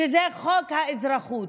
שזה חוק האזרחות.